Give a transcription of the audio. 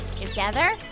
together